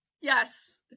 Yes